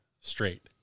straight